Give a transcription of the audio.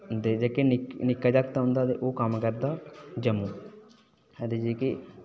ते जेह्का हुंदा निक्का जाक्त आ ओह् कम्म करदा जम्मू ते जेह्के